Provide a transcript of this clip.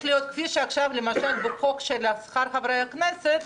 בחוק שכר חברי הכנסת,